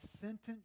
sentence